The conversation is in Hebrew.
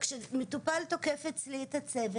וכשמטופל תוקף אצלי את הצוות,